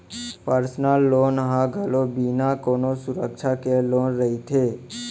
personal loan ह घलोक बिना कोनो सुरक्छा के लोन रहिथे